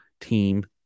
team